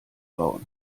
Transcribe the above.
bauen